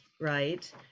right